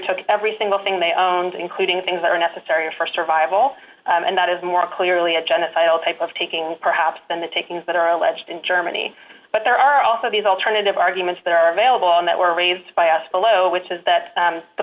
took every single thing they owned including things that are necessary for survival and that is more clearly a genocidal type of taking perhaps than the takings that are alleged in germany but there are also these alternative arguments that are available and that were raised by us below which is that